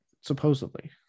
Supposedly